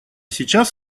сейчас